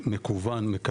למקוון,